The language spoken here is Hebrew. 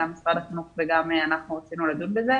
גם משרד החינוך וגם אנחנו רצינו לדון בזה,